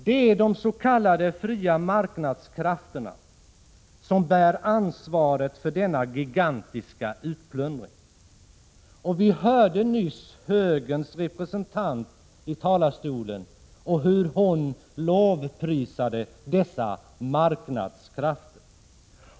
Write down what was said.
Det är de s.k. fria marknadskrafterna som bär ansvaret för denna gigantiska utplundring. Vi hörde nyss hur högerns representant i talarstolen lovprisade dessa marknadskrafter.